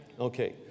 Okay